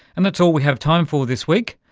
and that's all we have time for this week.